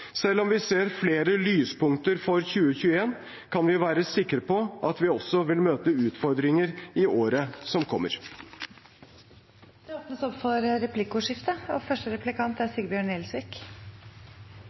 Selv om vi ser flere lyspunkter for 2021, kan vi være sikre på at vi også vil møte utfordringer i året som kommer. Det blir replikkordskifte.